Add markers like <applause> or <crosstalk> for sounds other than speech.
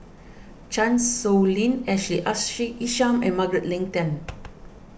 Chan Sow Lin Ashley <unintelligible> Isham and Margaret Leng Tan